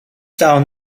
down